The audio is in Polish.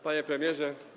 Panie Premierze!